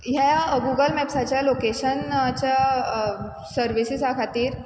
ह्या गुगल मॅप्साच्या लोकेशनच्या सर्विसिजा खातीर